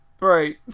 Right